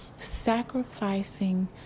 sacrificing